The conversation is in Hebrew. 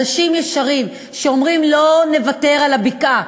כי סוף-סוף אומרים את האמת אנשים ישרים שאומרים: לא נוותר על הבקעה.